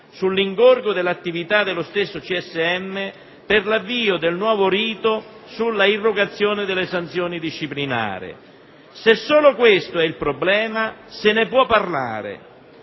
sull'ingorgo dell'attività dello stesso CSM, per l'avvio del nuovo rito sull'irrogazione delle sanzioni disciplinari. Se questo è il solo problema, possiamo